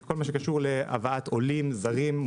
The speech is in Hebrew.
כל מה שקשור להבאת עולים זרים,